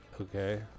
Okay